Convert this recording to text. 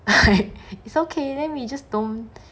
it's okay then we just don't